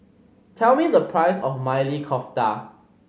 tell me the price of Maili Kofta